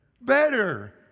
better